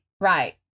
Right